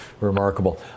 remarkable